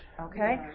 Okay